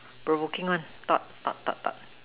provoking one thought thought thought thought